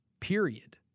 period